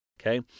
okay